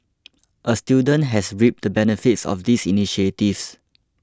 a student has reaped the benefits of these initiatives